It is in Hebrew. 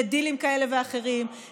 לדילים כאלה ואחרים,